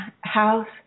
house